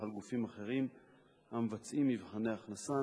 על גופים אחרים המבצעים מבחני הכנסה.